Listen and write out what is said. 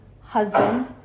husband